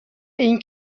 این